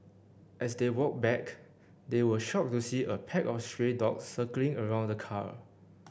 as they walked back they were shocked to see a pack of stray dogs circling around the car